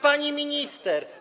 Pani Minister!